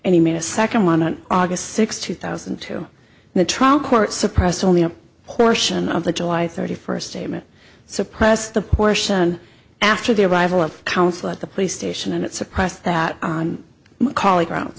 and he made a second one on august sixth two thousand and two in the trial court suppressed only a portion of the july thirty first statement suppressed the portion after the arrival of counsel at the police station and it suppressed that on my colleague round